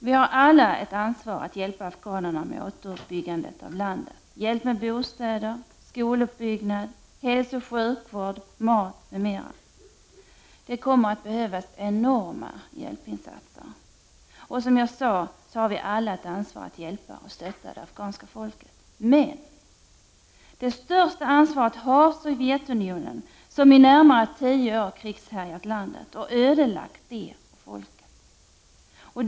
Vi har alla ett ansvar för att hjälpa afghanerna med återuppbyggandet av landet, för att ge hjälp med bostäder, skoluppbyggnad, hälsooch sjukvård, mat m.m. Det kommer att behövas enorma hjälpinsatser — och som jag sade har vi alla ett ansvar för att hjälpa och stötta det afghanska folket. Men det största ansvaret har Sovjetunionen, som i närmare tio år krigshärjat landet och ödelagt det och folket.